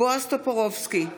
בועז טופורובסקי,